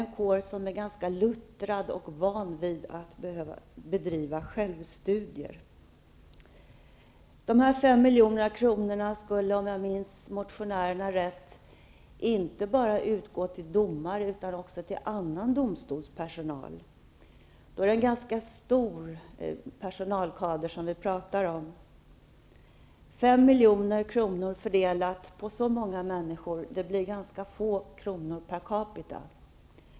Denna kår är ganska luttrad och van vid att få bedriva självstudier. De aktuella 5 miljoner kronorna skulle, om jag minns rätt vad motionärerna säger, inte bara utgå till domare utan också till annan domstolspersonal. Det är alltså en ganska stor personalkader som vi talar om. Om 5 milj.kr. skall fördelas på så många människor, blir det ganska få kronor per capita.